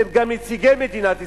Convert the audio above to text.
שהם גם נציגי מדינת ישראל,